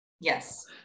Yes